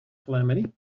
calamity